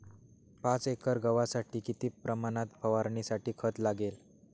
पाच एकर गव्हासाठी किती प्रमाणात फवारणीसाठी खत लागेल?